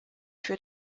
für